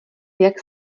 jak